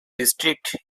district